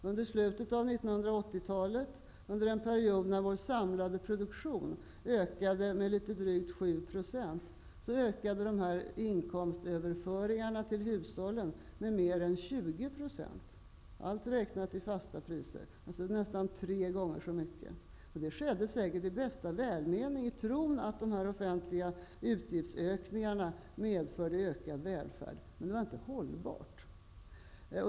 Under slutet av 1980-talet, när vår samlade produktion ökade med drygt 7 %, ökade inkomstöverföringarna till hushållen med mer än 20 %, nästan tre gånger så mycket, allt räknat i fasta priser. Det skedde säkert i bästa välmening, i tron att de ökade offentliga utgifterna medförde ökad välfärd. Men det var inte hållbart.